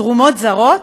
תרומות זרות?